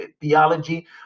theology